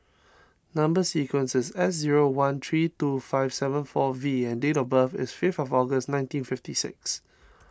Number Sequence is S zero one three two five seven four V and date of birth is fifth of August nineteen fifty six